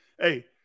hey